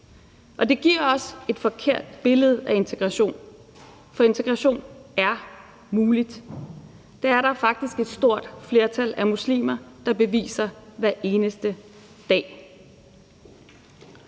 Det giver også et forkert billede af integration, for integration er mulig. Det er der faktisk et stort flertal af muslimer, der beviser hver eneste dag.